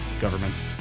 government